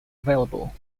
available